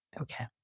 Okay